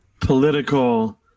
political